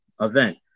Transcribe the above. event